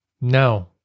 no